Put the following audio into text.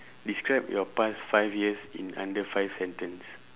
describe your past five years in under five sentence